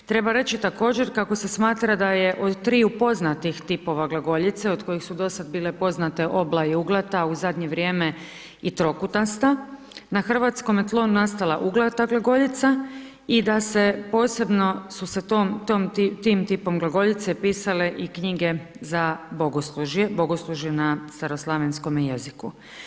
Treba reći također kako se smatra da je od tri poznatih tipova glagoljice od kojih su dosad bile poznate obla i uglata, a u zadnje vrijeme i trokutasta, na Hrvatskom je tlu nastala uglata glagoljica i da se posebno su sa tom, tim tipom glagoljice pisale i knjige za bogoslužje, bogoslužje na staroslavenskome jeziku.